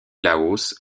laos